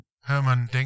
Herman